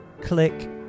Click